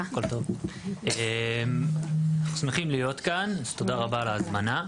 שלום, שמחים להיות כאן תודה רבה על ההזמנה,